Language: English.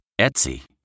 Etsy